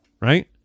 Right